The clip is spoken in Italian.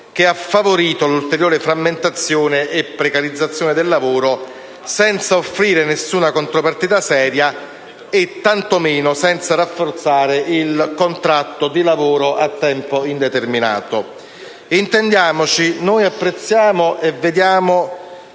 che ha favorito l'ulteriore frammentazione e precarizzazione del lavoro senza offrire nessuna contropartita seria e tantomeno rafforzare il contratto di lavoro a tempo indeterminato. Intendiamoci, noi apprezziamo e vediamo